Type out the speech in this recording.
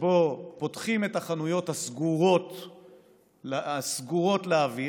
פותחים את החנויות הסגורות לאוויר,